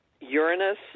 uranus